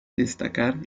destacar